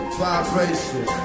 vibration